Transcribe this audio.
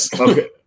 Okay